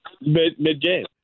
Mid-game